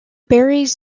berries